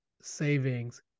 savings